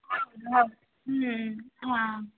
ಹೌದು ಹ್ಞ್ ಹಾಂ